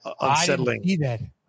unsettling